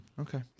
Okay